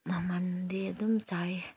ꯃꯃꯟꯗꯤ ꯑꯗꯨꯝ ꯌꯥꯏꯌꯦ